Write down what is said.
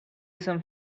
some